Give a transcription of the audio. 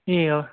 ए